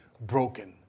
broken